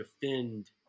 defend